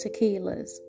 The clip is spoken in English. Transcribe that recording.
tequilas